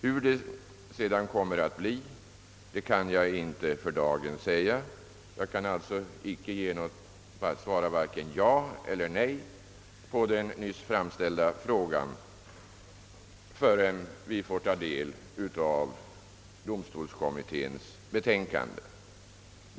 Hur det sedan kommer att bli kan jag för dagen inte säga. Jag kan alltså varken svara ja eller nej på den nyss framställda frågan förrän vi får ta del av domstolskommitténs betänkande.